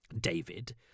David